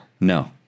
No